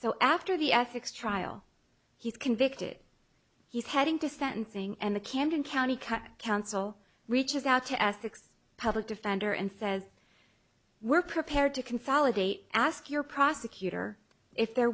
so after the ethics trial he's convicted he's heading to sentencing and the camden county cut counsel reaches out to ethics public defender and says we're prepared to consolidate ask your prosecutor if they're